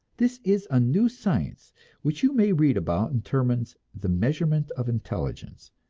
this is a new science which you may read about in terman's the measurement of intelligence.